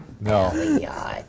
No